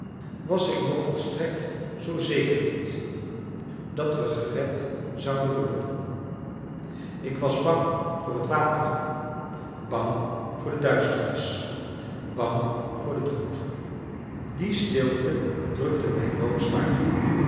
was ik nog volstrekt zoo zeker niet dat we gered zouden worden ik was bang voor het water bang voor de duisternis bang voor den dood die stilte drukte mij loodzwaar